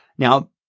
Now